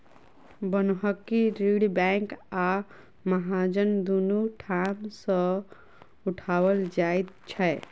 बन्हकी ऋण बैंक आ महाजन दुनू ठाम सॅ उठाओल जाइत छै